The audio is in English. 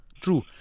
True